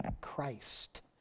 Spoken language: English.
Christ